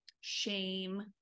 shame